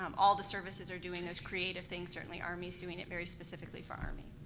um all the services are doing those creative things. certainly, army's doing it very specifically for army.